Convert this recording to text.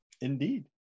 indeed